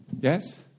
yes